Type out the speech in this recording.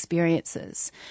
experiences